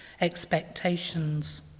expectations